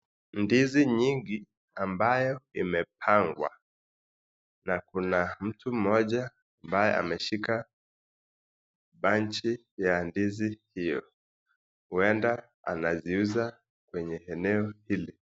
Ndizi nyingi ambayo imepangwa na kuna mtu mmoja ambaye ameshika banchi ya ndizi hiyo, huenda anaziuza kwenye eneo hili.